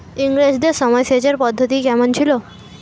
ইঙরেজদের সময় সেচের পদ্ধতি কমন ছিল?